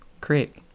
create